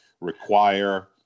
require